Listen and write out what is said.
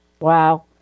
Wow